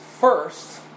first